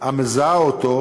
המזהה אותו,